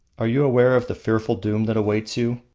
are you aware of the fearful doom that awaits you?